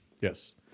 Yes